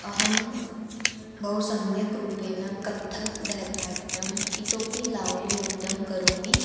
अहं बहु सम्यक्रूपेण कथक् भरतनाट्यम् इतोपि लावणीनृत्यं करोमि